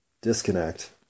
disconnect